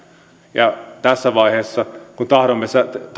ja tässä vaiheessa kun tahdomme